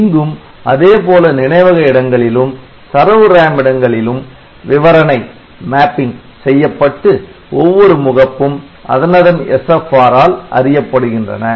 இங்கும் அதே போல நினைவக இடங்களிலும் தரவு RAM இடங்களிலும் விவரணை செய்யப்பட்டு ஒவ்வொரு முகப்பும் அதனதன் SFR ஆல் அறியப்படுகின்றன